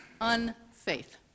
unfaith